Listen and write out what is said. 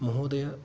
महोदयः